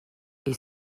est